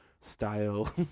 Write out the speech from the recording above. style